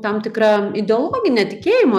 tam tikrą ideologinę tikėjimo